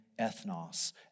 ethnos